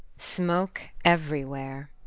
smoke everywhere!